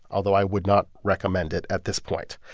although i would not recommend it at this point.